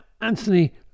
Anthony